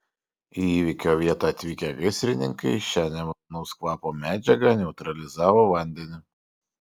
į įvykio vietą atvykę gaisrininkai šią nemalonaus kvapo medžiagą neutralizavo vandeniu